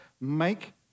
make